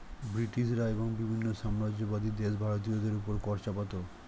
ব্রিটিশরা এবং বিভিন্ন সাম্রাজ্যবাদী দেশ ভারতীয়দের উপর কর চাপাতো